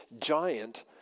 giant